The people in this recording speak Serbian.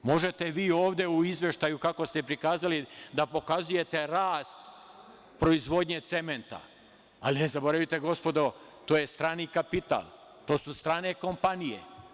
Možete vi ovde kako ste prikazali da pokazujete rast proizvodnje cementa, ali ne zaboravite, gospodo, to je strani kapital, to su strane kompanije.